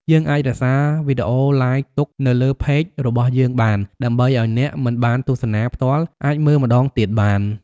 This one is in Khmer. យើងអាចរក្សារវីដេអូឡាយទុកនៅលើ Page របស់យើងបាន ដើម្បីឲ្យអ្នកមិនបានទស្សនាផ្ទាល់អាចមើលម្តងទៀតបាន។